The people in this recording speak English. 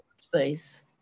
space